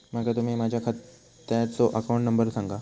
माका तुम्ही माझ्या खात्याचो अकाउंट नंबर सांगा?